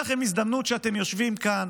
כשאתם יושבים כאן